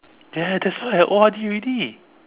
ya that's why I O_R_D already